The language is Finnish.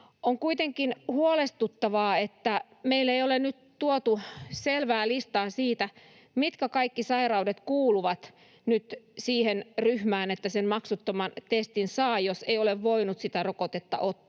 On kuitenkin huolestuttavaa, että meille ei ole nyt tuotu selvää listaa siitä, mitkä kaikki sairaudet kuuluvat siihen ryhmään, että sen maksuttoman testin saa, jos ei ole voinut sitä rokotetta ottaa.